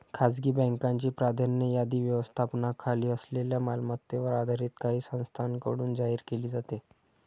खासगी बँकांची प्राधान्य यादी व्यवस्थापनाखाली असलेल्या मालमत्तेवर आधारित काही संस्थांकडून जाहीर केली जाते